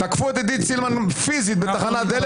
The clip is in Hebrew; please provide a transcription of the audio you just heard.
תקפו את עידית סילמן פיזית בתחנת דלק